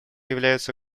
являются